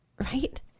Right